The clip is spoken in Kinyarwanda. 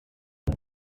ibi